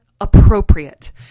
appropriate